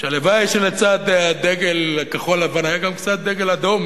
הלוואי שלצד הדגל הכחול-לבן היה גם קצת דגל אדום,